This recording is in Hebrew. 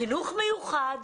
חינוך מיוחד,